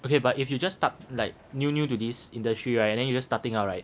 okay but if you just start like new new to this industry right and then you just starting out right